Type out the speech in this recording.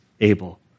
Abel